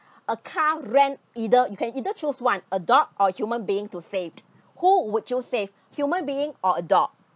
a car ran either you can either choose one a dog or human being to save who would you save human being or a dog